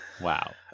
Wow